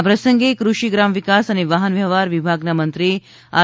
આ પ્રસંગે કૃષિ ગ્રામ વિકાસ અને વાહનવ્યવહાર વિભાગના મંત્રી આર